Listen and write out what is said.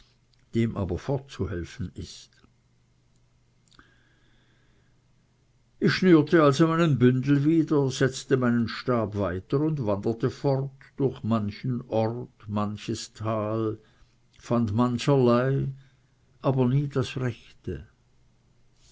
dem aber fortzuhelfen ist ich schnürte also meinen bündel wieder setzte meinen stab weiter und wanderte fort durch manchen ort manches tal fand mancherlei aber nie das rechte